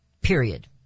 Period